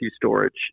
storage